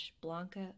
Blanca